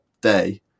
day